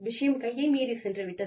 விஷயம் கையை மீறிச் சென்று விட்டது